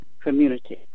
community